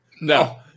No